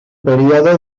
període